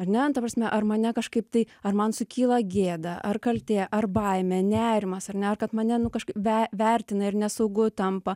ar ne ta prasme ar mane kažkaip tai ar man sukyla gėda ar kaltė ar baimė nerimas ar ne ar kad mane nu kažkaip ve vertina ir nesaugu tampa